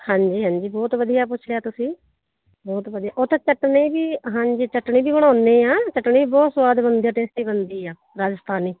ਹਾਂਜੀ ਹਾਂਜੀ ਬਹੁਤ ਵਧੀਆ ਪੁੱਛ ਲਿਆ ਤੁਸੀਂ ਬਹੁਤ ਵਧੀਆ ਉਹ ਤਾਂ ਚਟਣੀ ਵੀ ਹਾਂਜੀ ਚਟਣੀ ਵੀ ਬਣਾਉਂਦੇ ਹਾਂ ਚਟਣੀ ਵੀ ਬਹੁਤ ਸਵਾਦ ਬਣਦੀ ਆ ਟੇਸਟੀ ਬਣਦੀ ਆ ਰਾਜਸਥਾਨੀ